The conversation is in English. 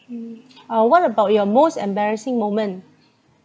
mm uh what about your most embarrassing moment